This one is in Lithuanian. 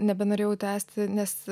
nebenorėjau tęsti nes